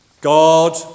God